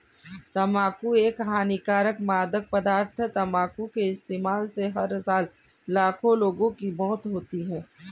तंबाकू एक हानिकारक मादक पदार्थ है, तंबाकू के इस्तेमाल से हर साल लाखों लोगों की मौत होती है